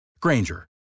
Granger